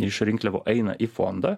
iš rinkliavų eina į fondą